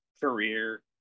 career